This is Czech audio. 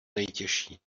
nejtěžší